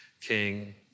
king